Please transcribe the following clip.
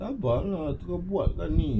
bapa lah suruh buat ni